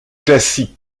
classique